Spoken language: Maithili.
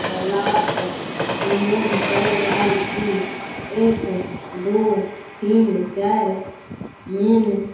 बदलाबक अनुरोध कै रहल छी एक दू तीन चारि मेन